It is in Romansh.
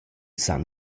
san